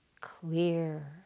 clear